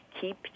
keep